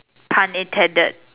pun intended